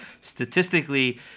statistically